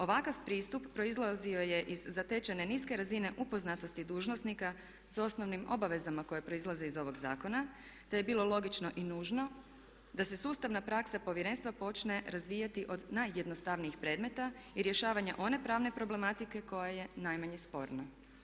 Ovakav pristup proizlazio je iz zatečene niske razine upoznatosti dužnosnika sa osnovnim obavezama koje proizlaze iz ovog zakona, te je bilo logično i nužno da se sustavna praksa Povjerenstva počne razvijati od najjednostavnijih predmeta i rješavanja one pravne problematike koja je najmanje sporna.